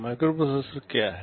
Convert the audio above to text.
microprocessor क्या है